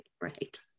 right